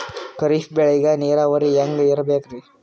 ಖರೀಫ್ ಬೇಳಿಗ ನೀರಾವರಿ ಹ್ಯಾಂಗ್ ಇರ್ಬೇಕರಿ?